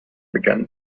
began